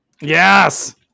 Yes